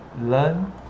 learn